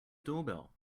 doorbell